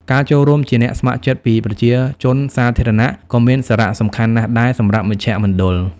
ការចូលរួមជាអ្នកស្ម័គ្រចិត្តពីប្រជាជនសាធារណៈក៏មានសារៈសំខាន់ណាស់ដែរ សម្រាប់មជ្ឈមណ្ឌល។